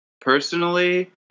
personally